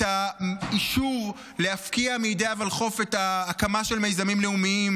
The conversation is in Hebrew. את האישור להפקיע מידי הוולחו"ף את ההקמה של מיזמים לאומיים,